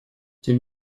тем